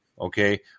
okay